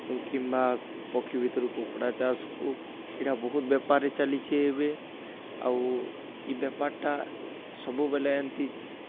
କିମ୍ବା ପକ୍ଷୀ ଭିତ୍ରୁ କୁକୁଡ଼ା ଚାଷ୍ ହଉ ଇଟା ବହୁତ୍ ବେପାର୍ ଚାଲିଛେ ଏବେ ଆଉ ଇ ବେପାର୍ଟା ସବୁବେଲେ ଏନ୍ତି